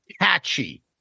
catchy